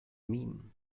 mean